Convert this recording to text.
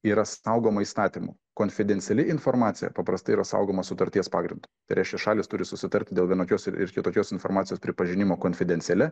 yra saugoma įstatymų konfidenciali informacija paprastai yra saugomos sutarties pagrindu tai reiškia šalys turi susitarti dėl vienokios ir ir kitokios informacijos pripažinimo konfidencialia